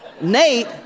Nate